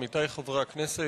עמיתי חברי הכנסת,